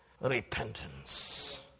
repentance